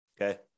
okay